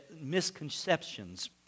misconceptions